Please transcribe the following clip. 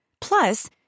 Plus